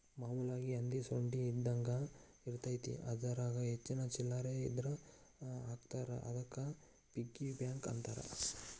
ಮಾಮೂಲಾಗಿ ಹಂದಿ ಸೊಂಡಿ ಇದ್ದಂಗ ಇರತೈತಿ ಅದರಾಗ ಹೆಚ್ಚಿಗಿ ಚಿಲ್ಲರ್ ಇದ್ರ ಹಾಕ್ತಾರಾ ಅದಕ್ಕ ಪಿಗ್ಗಿ ಬ್ಯಾಂಕ್ ಅಂತಾರ